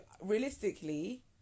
realistically